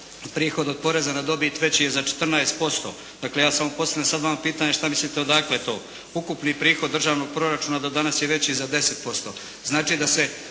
prihod od poreza na dobit veći je za 14%. Dakle, ja samo postavljam sad vama pitanje, što mislite odakle je to? Ukupni prihod državnog proračuna do danas je veći za 10%. Znači da se